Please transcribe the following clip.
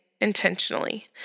intentionally